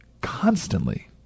Constantly